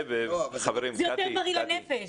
זה יותר בריא לנפש.